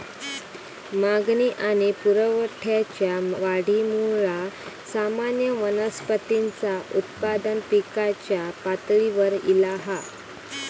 मागणी आणि पुरवठ्याच्या वाढीमुळा सामान्य वनस्पतींचा उत्पादन पिकाच्या पातळीवर ईला हा